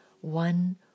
one